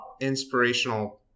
inspirational